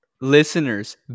Listeners